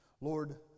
Lord